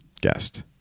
guest